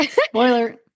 Spoiler